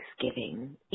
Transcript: Thanksgiving